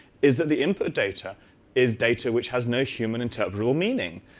is that the input data is data which has no human integral meaning.